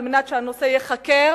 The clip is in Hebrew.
על מנת שהנושא ייחקר